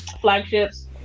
flagships